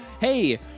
Hey